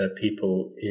people